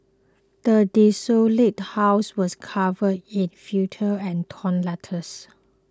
the desolated house was covered in filth and torn letters